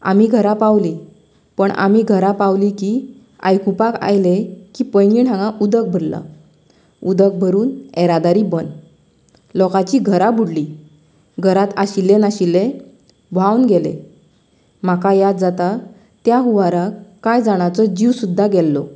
आमी घरां पावली पण आमी घरा पावली की आयकूपाक आयलें की पैंगीण हांगा उदक भरलां उदक भरून येरादारी बंद लोकांची घरां बुडली घरांत आशिल्ले नाशिल्ले व्हांवन गेले म्हाका याद जाता त्या हुंवाराक कांय जाणाचो जीव सुद्दां गेल्लो